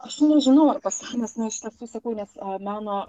aš nežinau ar pasenęs na iš tiesų sakau nes meno